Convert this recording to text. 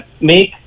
make